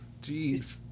Jeez